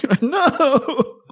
no